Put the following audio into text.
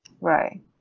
Right